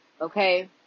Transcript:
Okay